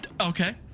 Okay